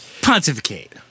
Pontificate